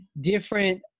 different –